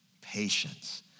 patience